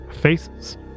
faces